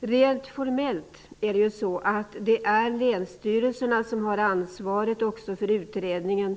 Rent formellt är det länsstyrelserna som har ansvaret också för utredningen.